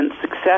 success